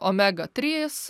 omega trys